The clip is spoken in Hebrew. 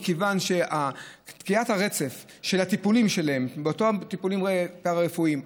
מכיוון שקטיעת הרצף של הטיפולים שלהם באותם טיפולים פארה-רפואיים,